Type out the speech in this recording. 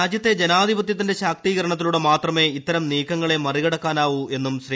രാജ്യത്തെ ജനാധിപത്യത്തിന്റെ ശാക്തീകരണത്തിലൂടെ ്മാത്രമേ ഇത്തരം നീക്കങ്ങളെ മറി കടക്കാനാവൂ എന്നും ശ്രീ